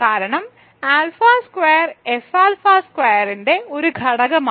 കാരണം alpha square F alpha സ്ക്വയറിന്റെ ഒരു ഘടകമാണ്